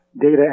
data